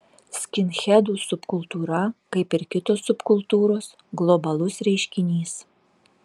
skinhedų subkultūra kaip ir kitos subkultūros globalus reiškinys